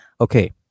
okay